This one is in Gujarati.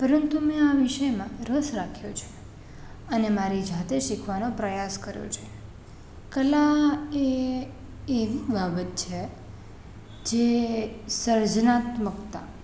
પરંતુ મેં આ વિષયમાં રસ રાખ્યો છે અને મારી જાતે શીખવાનો પ્રયાસ કર્યો છે કલા એ એવી બાબત છે જે સર્જનાત્મકતા